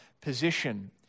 position